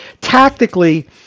tactically